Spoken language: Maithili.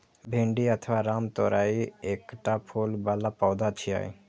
भिंडी अथवा रामतोरइ एकटा फूल बला पौधा छियै